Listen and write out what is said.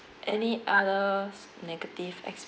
any others negative